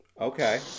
Okay